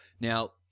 Now